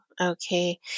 Okay